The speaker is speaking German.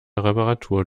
reparatur